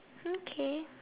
okay